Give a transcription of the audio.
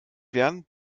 werden